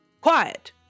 Quiet